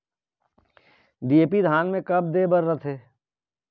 DAP धान मे कब दे बर रथे?